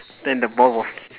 then the ball wa~